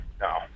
no